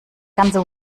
ganze